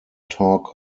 talk